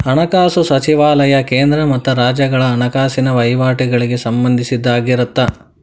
ಹಣಕಾಸು ಸಚಿವಾಲಯ ಕೇಂದ್ರ ಮತ್ತ ರಾಜ್ಯಗಳ ಹಣಕಾಸಿನ ವಹಿವಾಟಗಳಿಗೆ ಸಂಬಂಧಿಸಿದ್ದಾಗಿರತ್ತ